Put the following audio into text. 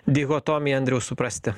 dichotomija andriau suprasti